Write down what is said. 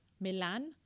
Milan